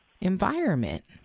environment